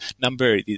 number